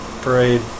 parade